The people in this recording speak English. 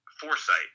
foresight